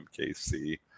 MKC